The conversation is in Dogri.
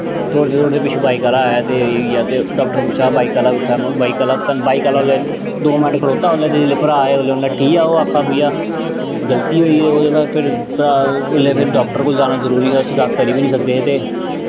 दौड़दा दौड़दा पिच्छों बाईक आह्ला आया ते एह् होई गेआ ते डाक्टर पुच्छा दा हा बाइक आह्ला कुत्थें ऐ महां बाईक आह्ला बाईक आह्ला उल्लै दो मिन्ट खड़ोता उल्लै जिसलै भ्राऽ आए उसलै नट्ठी गेआ ओह् आक्खा दा हा भैया गल्ती होई गेई ओह्दे बाद फिर उसलै फिर डाक्टर कोल जाना जरूरी हा उसी कक्ख करी बी निं सकदे ते